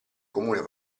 comune